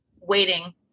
waiting